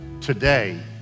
today